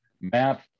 map